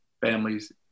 families